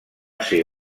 ser